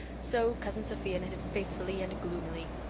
so cousin sophia knitted faithfully and gloomily.